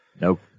Nope